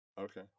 Okay